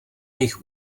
jejich